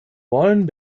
wollen